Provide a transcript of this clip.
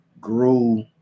grew